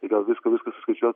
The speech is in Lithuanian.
tai gal viską viską suskaičiuot